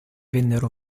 vennero